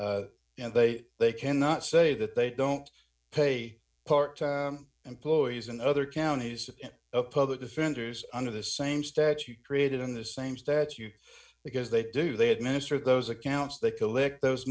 and they they cannot say that they don't pay part to employees in other counties of public defenders under the same statute created in the same stats you because they do they administer those accounts they collect those